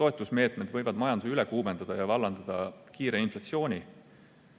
toetusmeetmed võivad majanduse üle kuumendada ja vallandada kiire inflatsiooni.